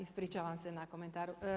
Ispričavam se na komentaru.